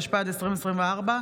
התשפ"ד 2024,